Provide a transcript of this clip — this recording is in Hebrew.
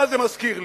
מה זה מזכיר לי.